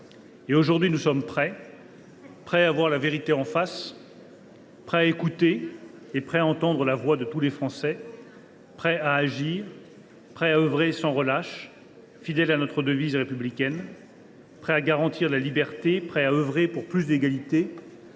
« Aujourd’hui, nous sommes prêts : prêts à voir la vérité en face ; prêts à écouter et prêts à entendre la voix de tous les Français ; prêts à agir ; prêts à œuvrer sans relâche, fidèles à notre devise républicaine ; prêts à garantir la liberté ; prêts à œuvrer pour plus d’égalité